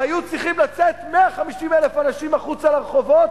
והיו צריכים לצאת 150,000 אנשים החוצה לרחובות